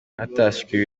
hatashywe